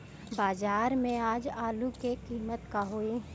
बाजार में आज आलू के कीमत का होई?